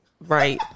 Right